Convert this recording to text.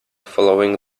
following